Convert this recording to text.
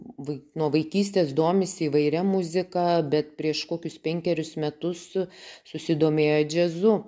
nuo vaikystės domisi įvairia muzika bet prieš kokius penkerius metus susidomėjo džiazu